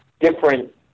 different